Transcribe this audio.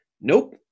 Nope